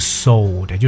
sold